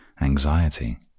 anxiety